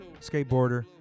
Skateboarder